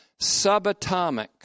subatomic